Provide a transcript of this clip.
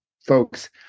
folks